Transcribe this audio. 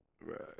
Right